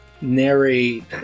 narrate